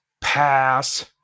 pass